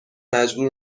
مجبور